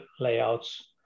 layouts